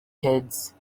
kids